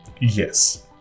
yes